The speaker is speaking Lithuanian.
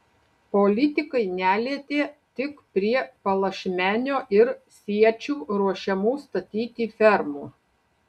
politikai nelietė tik prie palašmenio ir siečių ruošiamų statyti fermų